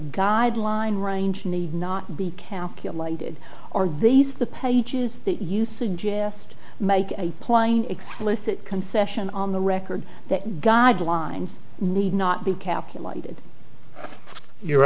guideline range need not be calculated or raise the pages that you suggest make a plain explicit concession on the record that guidelines need not be calculated you're